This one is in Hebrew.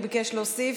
הוא ביקש להוסיף,